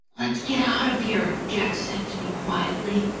let's get out of here, jack said to me quietly,